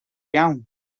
iawn